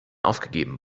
aufgegeben